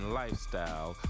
lifestyle